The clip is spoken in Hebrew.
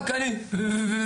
רק אני ואמא,